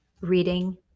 reading